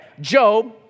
Job